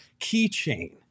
keychain